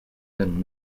and